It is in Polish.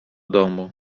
domu